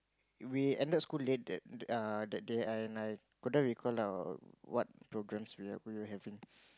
we ended school late that err that day and I couldn't recall now what programmes we we were having